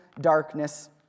darkness